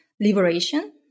liberation